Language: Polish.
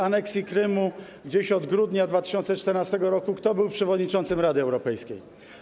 aneksji Krymu, gdzieś od grudnia 2014 r., kto był przewodniczącym Rady Europejskiej.